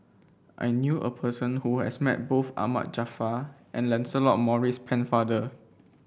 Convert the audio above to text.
I knew a person who has met both Ahmad Jaafar and Lancelot Maurice Pennefather